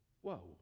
Whoa